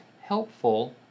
helpful